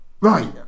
Right